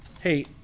hey